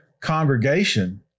congregation